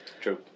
True